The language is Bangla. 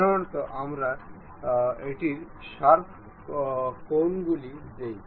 সাধারণত আমরা এটির শার্প কোণগুলি দিই